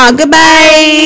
goodbye